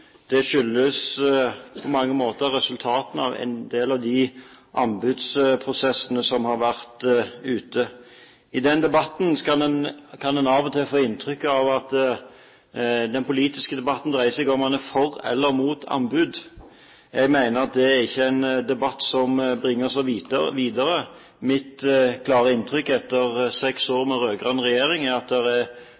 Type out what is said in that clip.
Det skyldes på mange måter resultatene av en del av de anbudsprosessene som har vært ute. I den debatten kan en av og til få inntrykk av at den politiske debatten dreier seg om man er for eller imot anbud. Jeg mener at det ikke er en debatt som bringer oss videre. Mitt klare inntrykk etter seks år